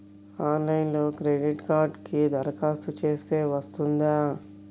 ఆన్లైన్లో క్రెడిట్ కార్డ్కి దరఖాస్తు చేస్తే వస్తుందా?